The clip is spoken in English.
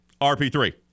RP3